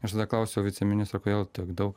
aš tada klausiau viceministro kodėl tiek daug